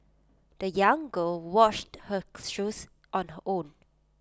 the young girl washed her shoes on her own